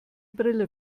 brille